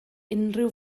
unrhyw